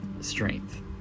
strength